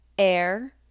air